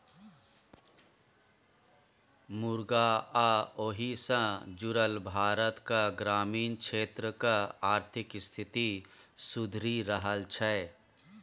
मुरगा आ ओहि सँ जुरल भारतक ग्रामीण क्षेत्रक आर्थिक स्थिति सुधरि रहल छै